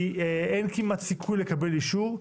אין כמעט סיכוי לקבל אישור,